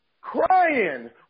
Crying